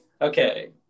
okay